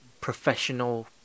professional